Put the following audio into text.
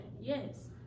Yes